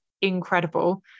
incredible